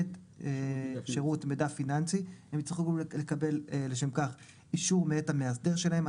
מתן שירות המידע הפיננסי הם יצטרכו לקבל לשם כך אישור מאת המאסדר שלהם.